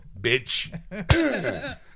bitch